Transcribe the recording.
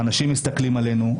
האנשים מסתכלים עלינו,